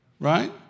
Right